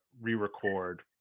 re-record